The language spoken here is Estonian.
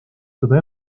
seda